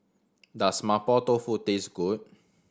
does Mapo Tofu taste good